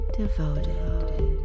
devoted